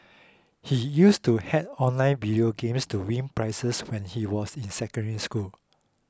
he used to hack online video games to win prizes when he was in Secondary School